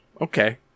okay